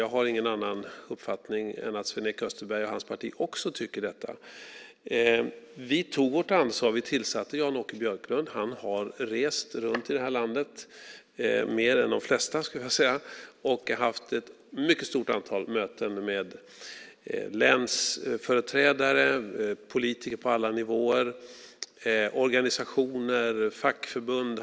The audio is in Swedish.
Jag har ingen annan uppfattning än att Sven-Erik Österberg och hans parti också tycker detta. Vi tog vårt ansvar. Vi tillsatte Jan-Åke Björklund. Han har rest runt i det här landet - mer än de flesta skulle jag vilja säga - och har haft ett mycket stort antal möten med länsföreträdare, politiker på alla nivåer, organisationer, fackförbund.